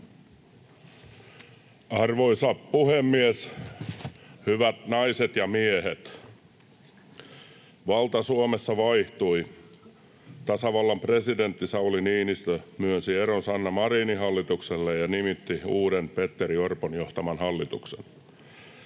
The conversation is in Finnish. Arvoisa puhemies! Hyvät naiset ja miehet! Valta Suomessa vaihtui. Tasavallan presidentti Sauli Niinistö myönsi eron Sanna Marinin hallitukselle ja nimitti uuden, Petteri Orpon johtaman hallituksen.